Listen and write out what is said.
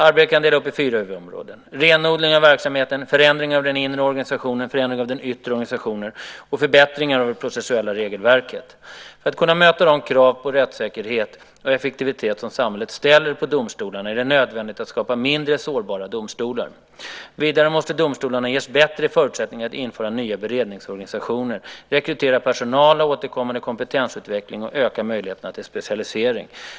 Arbetet kan delas upp i fyra huvudområden - renodling av verksamheten, förändringar av den inre organisationen, förändringar av den yttre organisationen och förbättringar av det processuella regelverket. För att kunna möta de krav på rättssäkerhet och effektivitet som samhället ställer på domstolarna är det nödvändigt att skapa mindre sårbara domstolar. Vidare måste domstolarna ges bättre förutsättningar att införa nya beredningsorganisationer, rekrytera personal, ha återkommande kompetensutveckling och öka möjligheterna till specialisering.